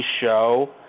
show